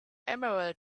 emerald